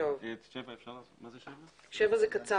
תיקון